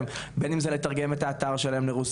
להם בין אם זה לתרגם את האתר שלהם לרוסית,